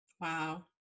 Wow